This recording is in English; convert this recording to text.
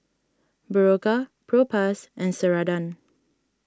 Berocca Propass and Ceradan